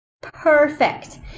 Perfect